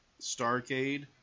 Starcade